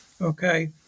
Okay